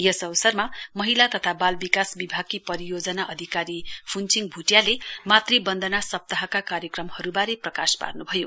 यस अवसरमा महिला तथा बाल विकास विभागकी परियोजना अधिकारी प्न्चिङ भ्टियाले मात् बन्दना सप्ताहका कार्यक्रमहरूबारे प्रकाश पार्न् भयो